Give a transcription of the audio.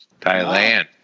Thailand